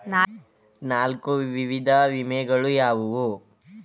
ನಾಲ್ಕು ವಿಧದ ವಿಮೆಗಳು ಯಾವುವು?